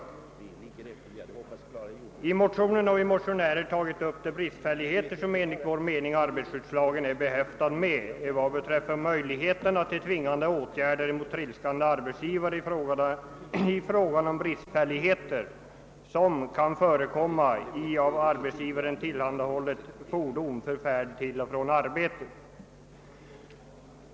Vi motionärer har tagit upp de bristfälligheter som enligt vår mening arbetarskyddslagen är behäftad med vad beträffar möjligheterna till tvingande åtgärder mot tredskande arbetsgivare till följd av bristfälligheter, som kan förekomma i av arbetsgivaren tillhandahållet fordon för färd till och från arbetet.